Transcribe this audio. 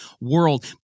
world